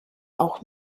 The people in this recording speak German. auch